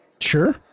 sure